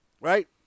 Right